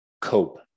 cope